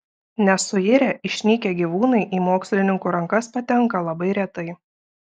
nesuirę išnykę gyvūnai į mokslininkų rankas patenka labai retai